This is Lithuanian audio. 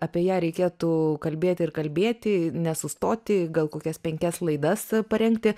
apie ją reikėtų kalbėti ir kalbėti nesustoti gal kokias penkias laidas parengti